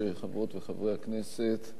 חברות וחברי הכנסת,